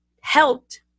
helped